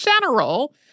general